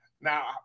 now